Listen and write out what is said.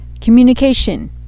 communication